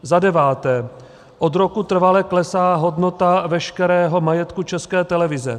Za deváté: Od roku trvale klesá hodnota veškerého majetku České televize.